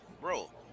Bro